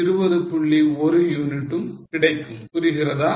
1 யூனிட்டும் கிடைக்கும் புரிகிறதா